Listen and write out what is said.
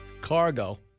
cargo